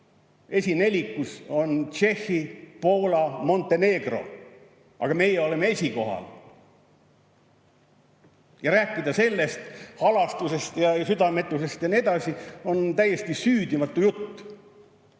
Esinelikus on ka Tšehhi, Poola, Montenegro, aga meie oleme esikohal. Ja rääkida sellest halastusest ja südametusest ja nii edasi on täiesti süüdimatu jutt.